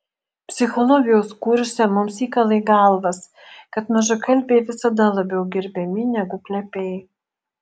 psichologijos kurse mums įkala į galvas kad mažakalbiai visada labiau gerbiami negu plepiai